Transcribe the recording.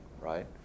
right